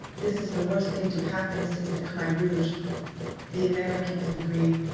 this is the worst thing to happen since the khmer rouge the americans agree.